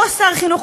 אותו שר חינוך,